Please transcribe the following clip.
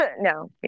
No